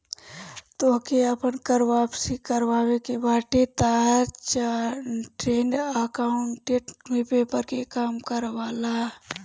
तोहके आपन कर वापसी करवावे के बाटे तअ चार्टेड अकाउंटेंट से पेपर के काम करवा लअ